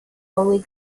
only